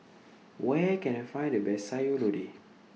Where Can I Find The Best Sayur Lodeh